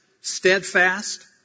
steadfast